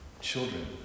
children